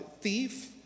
thief